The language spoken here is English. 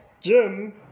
Jim